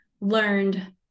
learned